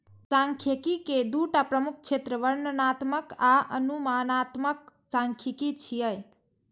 सांख्यिकी के दूटा प्रमुख क्षेत्र वर्णनात्मक आ अनुमानात्मक सांख्यिकी छियै